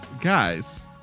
Guys